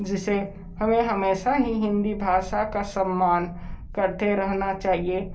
जिसे हमें हमेशा ही हिंदी भाशा का सम्मान करते रहना चहिए